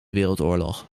wereldoorlog